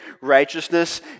righteousness